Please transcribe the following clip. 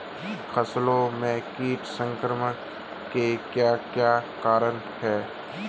फसलों में कीट संक्रमण के क्या क्या कारण है?